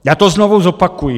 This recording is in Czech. Já to znovu zopakuji.